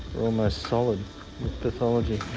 almost solid with pathology.